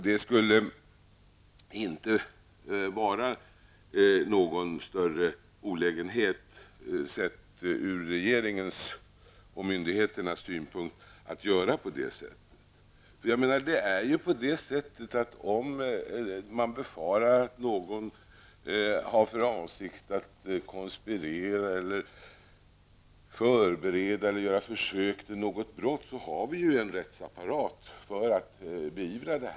Det skulle inte innebära någon större olägenhet sett ur regeringens och myndigheternas synpunkt att göra på det sättet. Om man befarar att någon har för avsikt att konspirera, förbereda eller göra försök till något brott har vi en rättsapparat för att beivra detta.